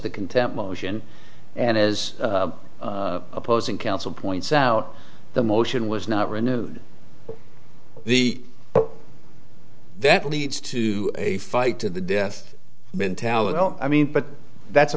the contempt motion and as opposing counsel points out the motion was not renewed the that leads to a fight to the death mentality i mean but that's a